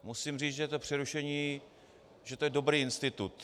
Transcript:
Musím říct, že to přerušení, že to je dobrý institut.